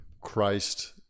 christ